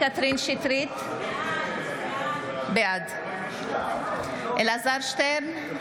שטרית, בעד אלעזר שטרן,